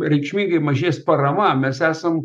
reikšmingai mažės parama mes esam